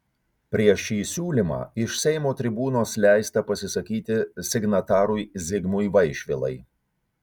prieš šį siūlymą iš seimo tribūnos leista pasisakyti signatarui zigmui vaišvilai